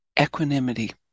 Equanimity